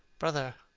brother,